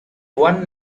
one